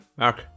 Mark